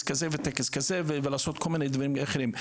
כזה וטקס כזה ולעשות כל מיני דברים אחרים.